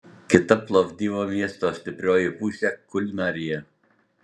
kita plovdivo miesto stiprioji pusė kulinarija